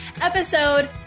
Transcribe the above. episode